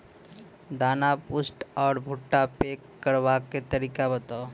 दाना पुष्ट आर भूट्टा पैग करबाक तरीका बताऊ?